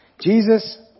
Jesus